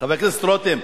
חבר הכנסת רותם,